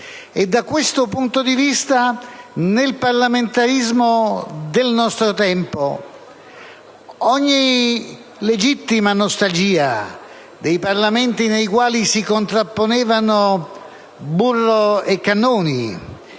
Da questo punto di vista, nel parlamentarismo del nostro tempo ogni legittima nostalgia dei Parlamenti nei quali si contrapponevano burro e cannoni,